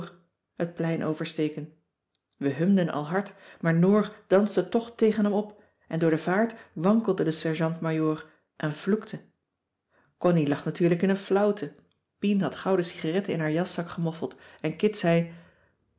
plein oversteken we humden al hard maar noor danste toch tegen hem op en door de vaart wankelde de sergeant-majoor en vloekte connie lag cissy van marxveldt de h b s tijd van joop ter heul natuurlijk in een flauwte pien had gauw de cigaretten in haar jaszak gemoffeld en kit zei